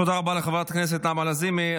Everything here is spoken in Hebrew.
תודה רבה לחברת הכנסת נעמה לזימי.